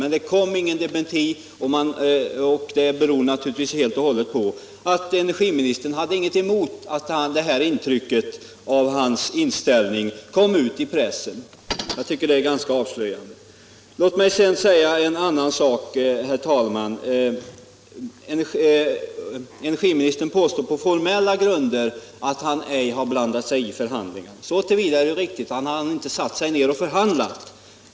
Men det kom ingen dementi, och det beror naturligtvis på att energiministern inte hade någonting emot att detta intryck av hans inställning kom ut i pressen. Jag tycker det är avslöjande. Låt mig sedan ta upp en annan sak. Energiministern påstår på formella grunder att han inte har blandat sig i förhandlingarna. Det är så till vida riktigt att han inte satt sig ned och förhandlat.